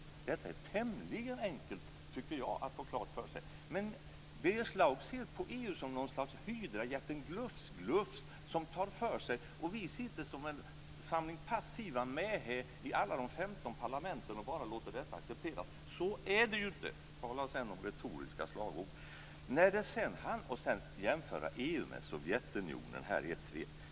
Jag tycker att det är tämligen enkelt att få detta klart för sig, men Birger Schlaug ser på EU som något slags hydra eller som jätten Glufs-Glufs som tar för sig medan vi i alla de 15 parlamenten sitter som en samling passiva mähän och bara accepterar detta. Så är det ju inte. Tala om retoriska slagord! Att jämföra EU med Sovjetunionen är vidare helt fel.